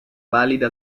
valida